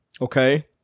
Okay